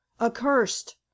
accursed